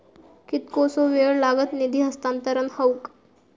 कितकोसो वेळ लागत निधी हस्तांतरण हौक?